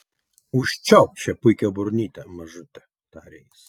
užčiaupk šią puikią burnytę mažute tarė jis